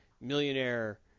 millionaire